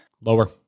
Lower